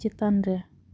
ᱪᱮᱛᱟᱱᱨᱮ